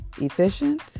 efficient